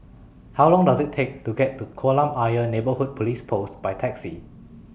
How Long Does IT Take to get to Kolam Ayer Neighbourhood Police Post By Taxi